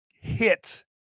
hit